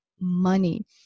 money